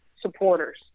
supporters